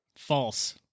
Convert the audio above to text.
False